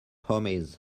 homies